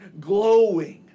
glowing